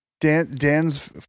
Dan's